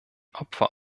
opfer